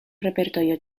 repertorio